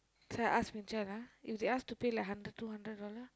so I ask Ming Qiao ah if they ask to pay like hundred two hundred dollar